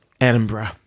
Edinburgh